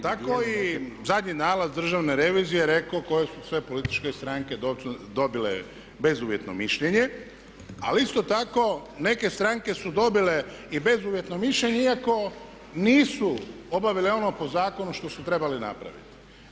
Tako i zadnji nalaz Državne revizije rekao koje su sve političke stranke dobile bezuvjetno mišljenje, ali isto tako neke stranke su dobile i bezuvjetno mišljenje iako nisu obavile ono po zakonu što su trebali napraviti.